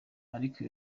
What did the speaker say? ariko